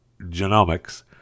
genomics